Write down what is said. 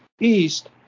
east